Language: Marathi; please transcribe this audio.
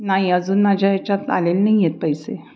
नाही अजून माझ्या ह्याच्यात आलेले नाही आहेत पैसे